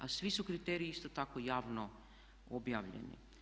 A svi su kriteriji isto tako javno objavljeni.